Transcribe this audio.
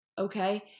okay